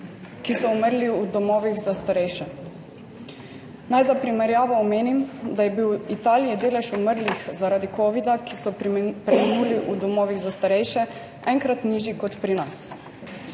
ki so umrli v domovih za starejše. Naj za primerjavo omenim, da je bil v Italiji delež umrlih zaradi covida, ki so preminuli v domovih za starejše, enkrat nižji kot pri nas.